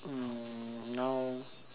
um now